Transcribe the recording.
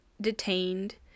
detained